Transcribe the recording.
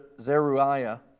Zeruiah